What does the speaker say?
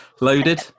Loaded